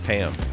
Pam